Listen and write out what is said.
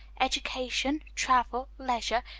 education, travel, leisure,